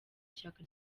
shyaka